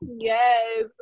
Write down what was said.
Yes